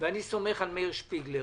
ואני סומך על מאיר שפיגלר,